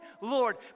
Lord